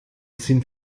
sind